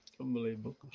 Unbelievable